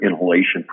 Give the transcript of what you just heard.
inhalation